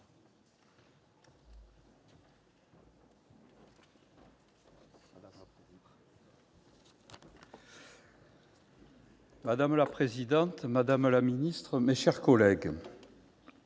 Madame la présidente, madame la ministre, mes chers collègues,